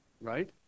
right